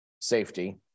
safety